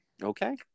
Okay